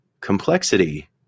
complexity